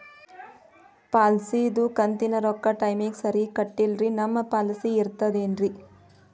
ಪಾಲಿಸಿದು ಕಂತಿನ ರೊಕ್ಕ ಟೈಮಿಗ್ ಸರಿಗೆ ಕಟ್ಟಿಲ್ರಿ ನಮ್ ಪಾಲಿಸಿ ಇರ್ತದ ಏನ್ರಿ?